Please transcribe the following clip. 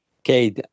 okay